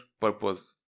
purpose